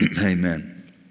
amen